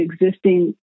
existing